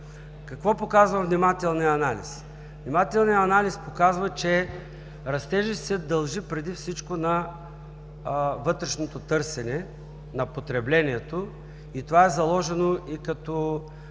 Какво показва внимателният анализ? Внимателният анализ показва, че растежът се дължи преди всичко на вътрешното търсене, на потреблението. Това е заложено и като